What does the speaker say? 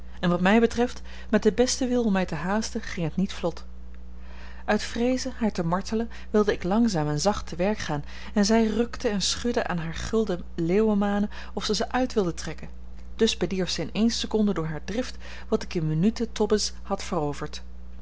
en wat mij betreft met den besten wil om mij te haasten ging het niet vlot uit vreeze haar te martelen wilde ik langzaam en zacht te werk gaan en zij rukte en schudde aan hare gulden leeuwenmanen of zij ze uit wilde trekken dus bedierf ze in ééne seconde door hare drift wat ik in minuten tobbens had veroverd